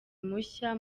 mushya